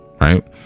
Right